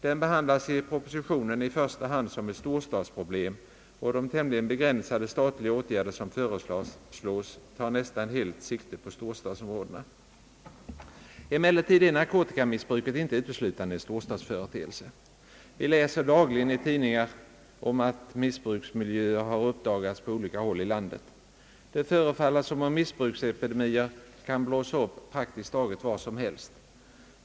Den behandlas i propositionen i första hand som ett storstadsproblem, och de tämligen begränsade statliga åtgärder som föreslås ' tar nästan helt sikte på storstadsområdena. Emellertid är narkotikamissbruket inte uteslutande en storstadsföreteelse. Vi läser dagligen i tid ningar om att missbruksmiljöer uppdagas på olika håll i landet. Det förefaller som om missbruksepidemier kan blossa upp praktiskt taget var som helst.